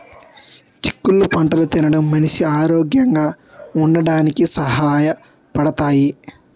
చిక్కుళ్ళు పంటలు తినడం మనిషి ఆరోగ్యంగా ఉంచడానికి సహాయ పడతాయి